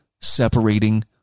separating